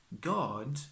God